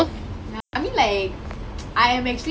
ya I was looking forward for it lah